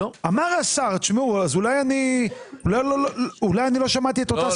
אמר השר, אולי אני לא שמעתי את אותה סקירה.